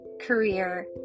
career